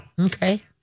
Okay